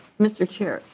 mr. chair.